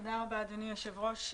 תודה רבה אדוני היושב-ראש,